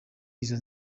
izo